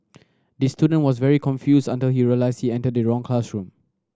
the student was very confused until he realised he entered the wrong classroom